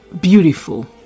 beautiful